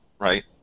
Right